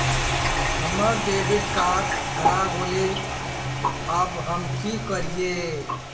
हमर debit card हरा गेले अब हम की करिये?